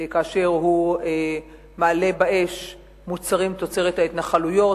כאשר הוא מעלה באש מוצרים תוצרת ההתנחלויות,